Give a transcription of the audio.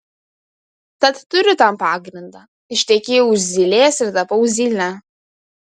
tad turiu tam pagrindą ištekėjau už zylės ir tapau zyle